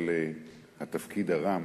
על התפקיד הרם